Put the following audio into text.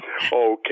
Okay